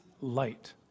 light